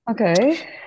Okay